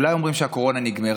יעלה ויבוא חבר הכנסת איתן גינזבורג.